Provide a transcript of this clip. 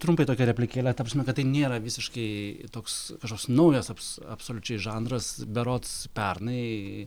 trumpai tokią replikėlę ta prasme kad tai nėra visiškai toks kažkoks naujas abs absoliučiai žanras berods pernai